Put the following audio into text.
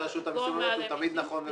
מה שרשות המסים אומרת, הוא תמיד נכון ומדויק.